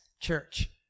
church